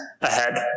ahead